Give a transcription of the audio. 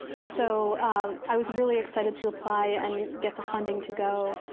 and so i was really excited to apply and get the funding to go.